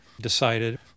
decided